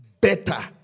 better